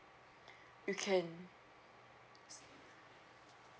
you can